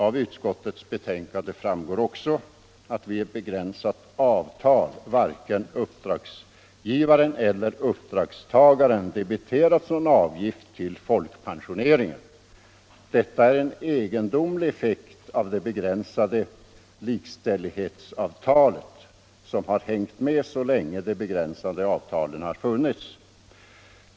Av utskottets betänkande framgår att vid ett begränsat avtal varken uppdragsgivaren eller uppdragstagaren debiteras någon avgift till folkpensioneringen. Detta är en egendomlig effekt av det begränsade likställighetsavtalet som har hängt med så länge de begränsade avtalen har funnits.